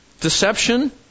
deception